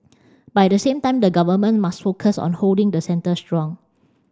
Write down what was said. but at the same time the Government must focus on holding the centre strong